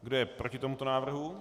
Kdo je proti tomuto návrhu?